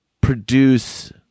produce